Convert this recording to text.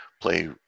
play